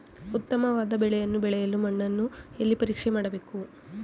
ಉತ್ತಮವಾದ ಬೆಳೆಯನ್ನು ಬೆಳೆಯಲು ಮಣ್ಣನ್ನು ಎಲ್ಲಿ ಪರೀಕ್ಷೆ ಮಾಡಬೇಕು?